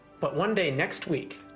but one day next week.